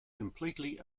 completely